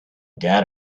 get